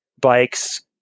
bikes